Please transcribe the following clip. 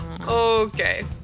Okay